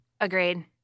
Agreed